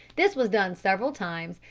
this was done several times,